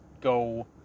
go